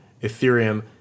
Ethereum